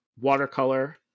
watercolor